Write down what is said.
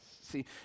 See